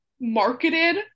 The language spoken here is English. marketed